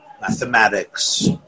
mathematics